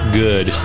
good